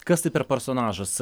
kas tai per personažas